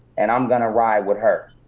and i'm gonna ride with her.